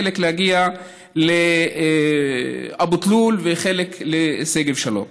חלק לאבו תלול וחלק לשגב שלום.